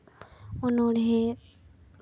ᱚᱱᱚᱲᱦᱮᱸ